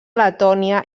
letònia